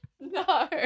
no